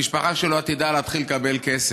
המשפחה שלו עתידה להתחיל לקבל כסף,